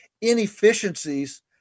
inefficiencies